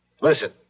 Listen